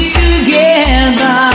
together